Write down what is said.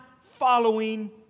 following